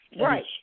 Right